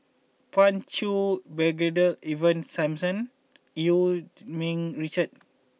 Pan Cheng Brigadier Ivan Simson Eu Yee Ming Richard